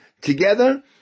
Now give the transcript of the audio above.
together